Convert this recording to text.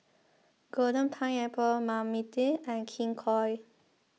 Golden Pineapple Marmite and King Koil